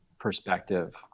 perspective